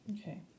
Okay